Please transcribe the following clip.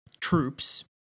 troops